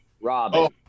Robin